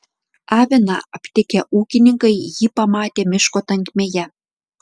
aviną aptikę ūkininkai jį pamatė miško tankmėje